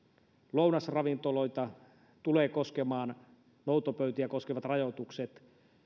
lounasravintoloita tulevat koskemaan noutopöytiä koskevat rajoitukset